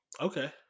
Okay